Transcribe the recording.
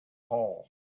hole